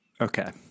okay